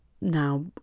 now